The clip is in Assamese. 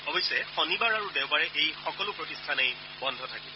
অৱশ্যে শনিবাৰ আৰু দেওবাৰে এই সকলো প্ৰতিষ্ঠানেই বন্ধ থাকিব